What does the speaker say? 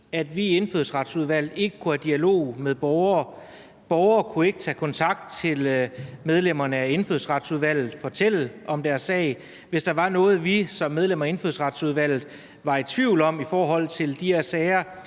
at vi i Indfødsretsudvalget ikke kunne have dialog med borgere. Borgere kunne ikke tage kontakt til medlemmerne af Indfødsretsudvalget og fortælle om deres sag. Hvis der var noget, vi som medlemmer af Indfødsretsudvalget var i tvivl om i forhold til de her sager,